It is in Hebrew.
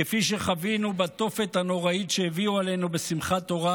כפי שחווינו בתופת הנוראית שהביאו עלינו בשמחת תורה,